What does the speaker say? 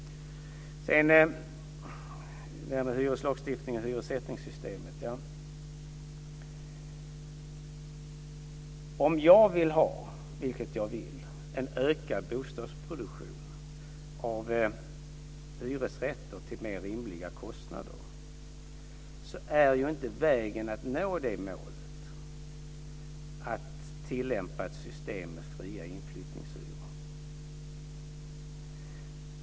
Sedan vill jag ta upp hyreslagstiftningen och hyressättningssystemet. Om jag vill ha, vilket jag vill, en ökad produktion av hyresrätter till mer rimliga kostnader är inte vägen att nå det målet att tillämpa ett system med fria inflyttningshyror.